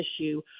issue